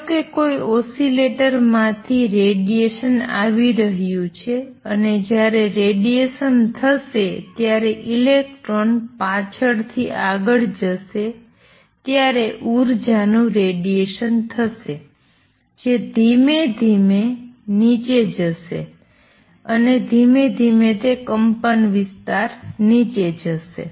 ધારો કે કોઈ ઓસિલેટર માથી રેડિએશનઆવી રહ્યું છે અને જ્યારે રેડિએશન થશે ત્યારે ઇલેક્ટ્રોન પાછળથી આગળ જશે જે ધીમે ધીમે નીચે જશે અને ધીમે ધીમે તે એમ્પ્લિટ્યુડ નીચે જશે